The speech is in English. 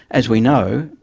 as we know,